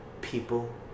people